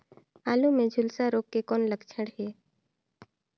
आलू मे झुलसा रोग के कौन लक्षण हे?